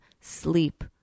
Sleep